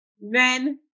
men